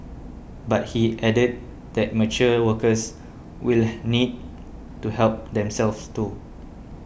but he added that mature workers will need to help themselves too